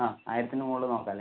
ആ ആയിരത്തിന് മുകളിൽ നോക്കാം അല്ലേ